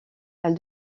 elle